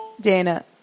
Dana